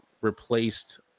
replaced